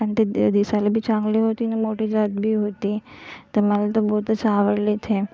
आणि ती दिसायला बी चांगली होती आणि मोठी बी होती तर मला तर बहुतच आवडली ती